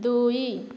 ଦୁଇ